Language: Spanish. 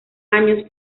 años